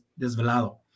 Desvelado